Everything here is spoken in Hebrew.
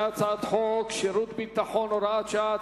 על הצעת חוק שירות ביטחון (הוראת שעה)